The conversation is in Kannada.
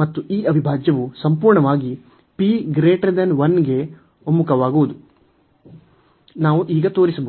ಮತ್ತು ಈ ಅವಿಭಾಜ್ಯವು ಸಂಪೂರ್ಣವಾಗಿ p 1 ಗೆ ಒಮ್ಮುಖವಾಗುವುದನ್ನು ನಾವು ಈಗ ತೋರಿಸಬಹುದು